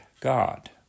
God